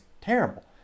terrible